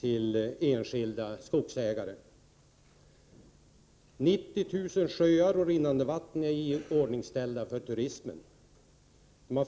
till enskilda skogsägare. 90 000 sjöar och rinnande vatten är iordningställda för turismen.